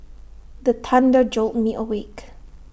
the thunder jolt me awake